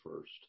first